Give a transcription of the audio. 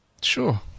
Sure